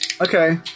Okay